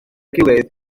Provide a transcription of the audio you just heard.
gilydd